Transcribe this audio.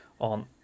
on